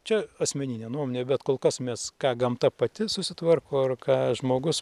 čia asmeninė nuomonė bet kol kas mes ką gamta pati susitvarko ir ką žmogus